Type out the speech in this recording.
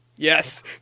Yes